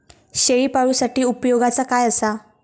शेळीपाळूसाठी उपयोगाचा काय असा?